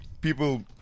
people